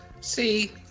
See